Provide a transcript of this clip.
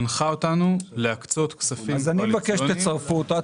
מנחה אותנו להקצות כספים קואליציוניים --- אז אני מבקש שתצרפו אותה,